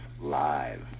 Live